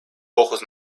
ojos